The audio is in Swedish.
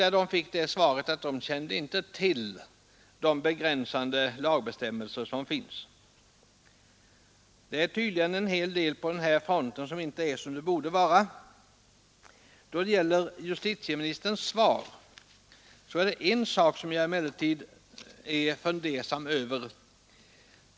De hade fått det svaret från personalen att man inte kände till de begränsande lagregler som finns. Det är tydligen en hel del som inte är som det borde vara på den här fronten. Jag är också fundersam över en uppgift i justitieministerns svar.